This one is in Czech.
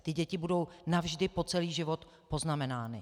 Ty děti budou navždy po celý život poznamenány.